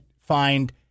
find